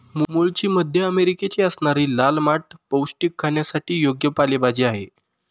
मूळची मध्य अमेरिकेची असणारी लाल माठ पौष्टिक, खाण्यासाठी योग्य पालेभाजी आहे